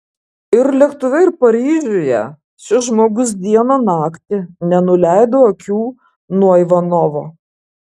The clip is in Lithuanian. ir lėktuve ir paryžiuje šis žmogus dieną naktį nenuleido akių nuo ivanovo